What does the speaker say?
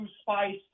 spice